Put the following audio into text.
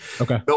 Okay